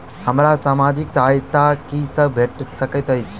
हमरा सामाजिक सहायता की सब भेट सकैत अछि?